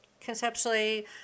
conceptually